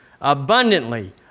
abundantly